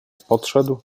poszedł